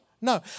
no